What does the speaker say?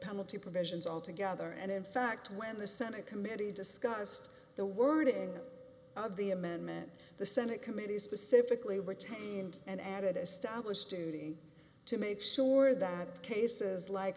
penalty provisions altogether and in fact when the senate committee discussed the wording of the amendment the senate committee specifically retained and added established duty to make sure that cases like